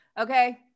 Okay